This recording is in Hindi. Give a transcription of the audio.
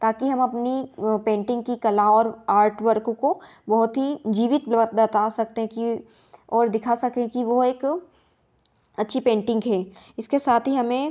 ताकि हम अपनी पेंटिंग की कला और आर्ट वर्क को बहुत ही जीवित बता सकते हें कि और दिखा सकें कि वह एक अच्छी पेंटिंग है इसके साथ ही हमें